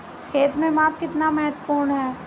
खेत में माप कितना महत्वपूर्ण है?